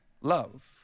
love